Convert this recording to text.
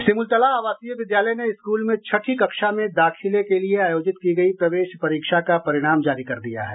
सिमुलतला आवासीय विद्यालय ने स्कूल में छठी कक्षा में दाखिले के लिये आयोजित की गयी प्रवेश परीक्षा का परिणाम जारी कर दिया है